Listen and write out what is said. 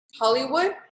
Hollywood